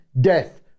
death